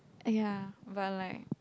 !aiya! but like